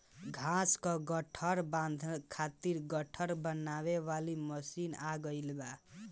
घाँस कअ गट्ठर बांधे खातिर गट्ठर बनावे वाली मशीन आ गइल बाटे